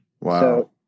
Wow